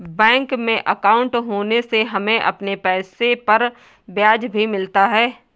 bank में अंकाउट होने से हमें अपने पैसे पर ब्याज भी मिलता है